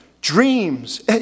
Dreams